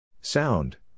Sound